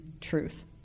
truth